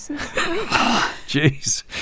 Jeez